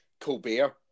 Colbert